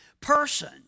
person